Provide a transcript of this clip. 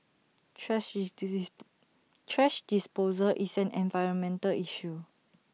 thrash thrash disposal is an environmental issue